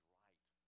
right